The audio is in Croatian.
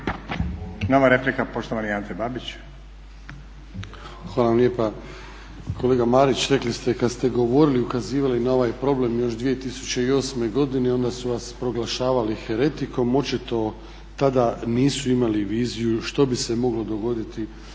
Nova replika poštovani Ante Babić. **Babić, Ante (HDZ)** Hvala vam lijepa. Kolega Marić, rekli ste kad ste govorili i ukazivali na ovaj problem još 2008.godine onda su vas proglašavali heretikom. Očito tada nisu imali viziju što bi se moglo dogoditi